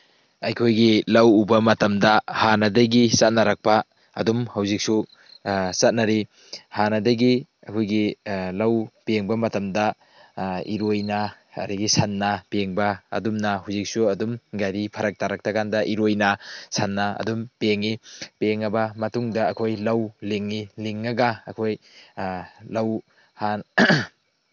ꯑꯩꯈꯣꯏꯒꯤ ꯂꯧ ꯎꯕ ꯃꯇꯝꯗ ꯍꯥꯟꯅꯗꯒꯤ ꯆꯠꯅꯔꯛꯄ ꯑꯗꯨꯝ ꯍꯧꯖꯤꯛꯁꯨ ꯆꯠꯅꯔꯤ ꯍꯥꯟꯅꯗꯒꯤ ꯑꯩꯈꯣꯏꯒꯤ ꯂꯧ ꯄꯦꯡꯕ ꯃꯇꯝꯗ ꯏꯔꯣꯏꯅ ꯑꯗꯒꯤ ꯁꯟꯅ ꯄꯦꯡꯕ ꯑꯗꯨꯝꯅ ꯍꯧꯖꯤꯛꯁꯨ ꯑꯗꯨꯝ ꯒꯥꯔꯤ ꯐꯔꯛ ꯇꯥꯔꯛꯇ꯭ꯔꯀꯥꯟꯗ ꯏꯔꯣꯏꯅ ꯁꯟꯅ ꯑꯗꯨꯝ ꯄꯦꯡꯉꯤ ꯄꯦꯡꯉꯕ ꯃꯇꯨꯡꯗ ꯑꯩꯈꯣꯏ ꯂꯧ ꯂꯤꯡꯉꯤ ꯂꯤꯡꯉꯒ ꯑꯩꯈꯣꯏ ꯂꯧ